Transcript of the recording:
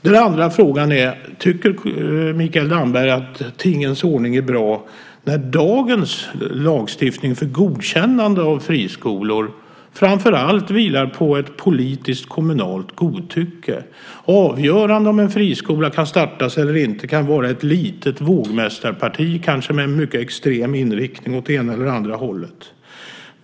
Den andra frågan är: Tycker Mikael Damberg att det är bra att dagens lagstiftning för godkännande av friskolor framför allt vilar på ett politiskt kommunalt godtycke? Avgörande för om en friskola kan startas eller inte kan vara ett litet vågmästarparti, kanske med mycket extrem inriktning åt ena eller andra hållet.